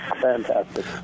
fantastic